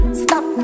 stop